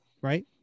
Right